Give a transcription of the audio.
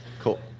Cool